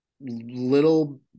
little